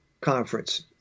conference